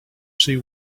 see